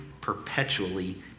perpetually